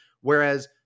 whereas